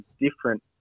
different